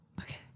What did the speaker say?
Okay